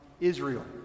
Israel